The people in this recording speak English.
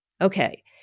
Okay